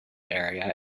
area